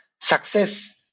Success